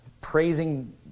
praising